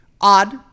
odd